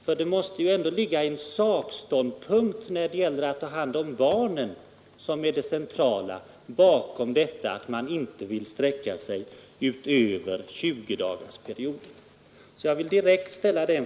För det måste väl finnas ett sakskäl när det gäller att ta hand om barnen, vilket är det centrala, till oviljan att sträcka sig utöver 20-dagarsperioden.